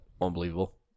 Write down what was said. unbelievable